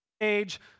age